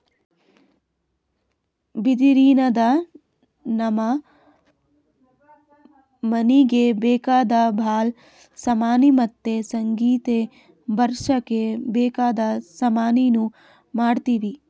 ಬಿದಿರಿನ್ದ ನಾವ್ ಮನೀಗ್ ಬೇಕಾದ್ ಭಾಳ್ ಸಾಮಾನಿ ಮತ್ತ್ ಸಂಗೀತ್ ಬಾರ್ಸಕ್ ಬೇಕಾದ್ ಸಾಮಾನಿನೂ ಮಾಡ್ತೀವಿ